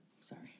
Sorry